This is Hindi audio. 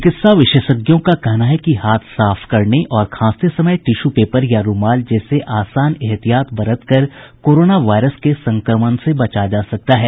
चिकित्सा विशेषज्ञों का कहना है कि हाथ साफ करने और खांसते समय टिशू पेपर या रूमाल जैसे आसान एहतियात बरत कर कोरोना वायरस के संक्रमण से बचा जा सकता है